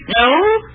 No